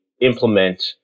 implement